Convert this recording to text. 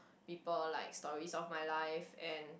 people like stories of my life and